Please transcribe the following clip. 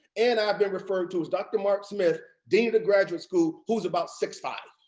and i've been referred to as dr. mark smith, dean of the graduate school, who's about six five.